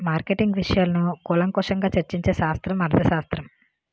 marketing విషయాలను కూలంకషంగా చర్చించే శాస్త్రం అర్థశాస్త్రం